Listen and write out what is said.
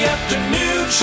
Afternoon